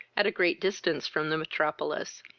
at a great distance from the metropolis,